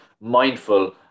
mindful